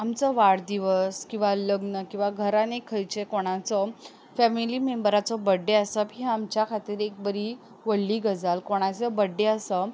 आमचो वाडदिवस किंवां लग्न किंवां घरांत एक खंयचें कोणाचो फेमिली मेम्बराचो बर्थडे आसप हें आमच्या खातीर एक बरी व्हडली गजाल कोणाचो बर्थडे आसप